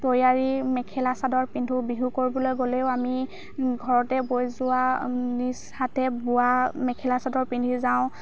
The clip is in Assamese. তৈয়াৰী মেখেলা চাদৰ পিন্ধোঁ বিহু কৰিবলৈ গ'লেও আমি ঘৰতে বৈ যোৱা নিজ হাতে বোৱা মেখেলা চাদৰ পিন্ধি যাওঁ